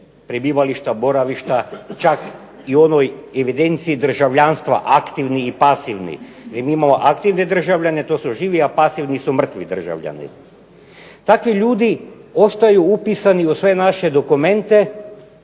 prebivališta, boravišta, čak i u onoj evidenciji državljanstva, aktivni i pasivni. Jer mi imamo aktivne državljane, to su živi, a pasivni su mrtvi državljani. Takvi ljudi ostaju upisani u sve naše dokumente